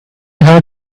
had